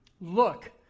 Look